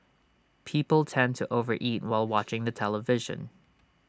people tend to over eat while watching the television